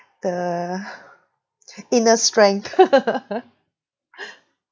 the inner strength